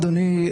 אדוני,